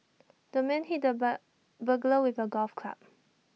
the man hit the bug burglar with A golf club